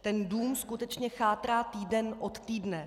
Ten dům skutečně chátrá týden od týdne.